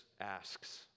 asks